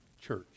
church